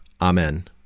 Amen